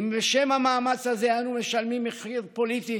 אם בשם המאמץ הזה אנו משלמים מחיר פוליטי,